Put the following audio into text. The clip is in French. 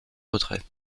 retrait